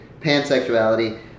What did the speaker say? pansexuality